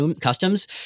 customs